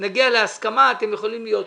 נגיע להסכמה ואתם יכולים להיות רגועים.